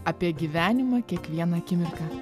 apie gyvenimą kiekvieną akimirką